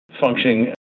functioning